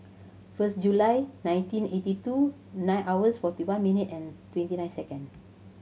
first July nineteen eighty two nine hours forty one minute and twenty nine second